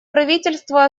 правительство